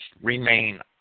remain